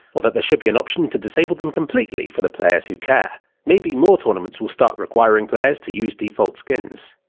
that there should be an option to disable them completely for the players who care. maybe more tournaments will start requiring players to use default skins.